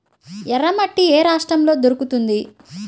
ఎర్రమట్టి ఏ రాష్ట్రంలో దొరుకుతుంది?